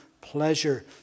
pleasure